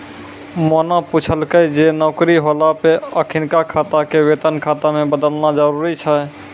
मोना पुछलकै जे नौकरी होला पे अखिनका खाता के वेतन खाता मे बदलना जरुरी छै?